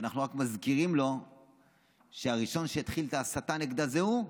ואנחנו רק מזכירים לו שהראשון שהתחיל את ההסתה נגדה זה הוא.